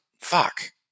fuck